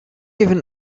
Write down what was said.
even